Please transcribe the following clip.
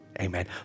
Amen